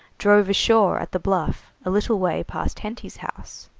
drove ashore at the bluff, a little way past henty's house.